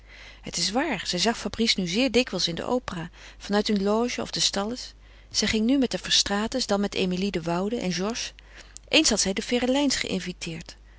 het is waar zij zag fabrice nu zeer dikwijls in de opera van uit een loge of de stalles ze ging nu met de verstraetens dan met emilie de woude en georges eens had zij de ferelijns geinviteerd